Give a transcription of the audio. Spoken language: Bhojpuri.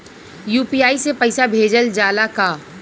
यू.पी.आई से पईसा भेजल जाला का?